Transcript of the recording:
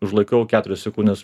užlaikau keturias sekundes